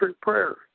prayer